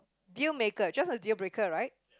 deal maker just a deal breaker right